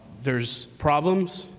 there's problems,